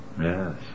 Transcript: Yes